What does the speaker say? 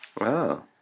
Wow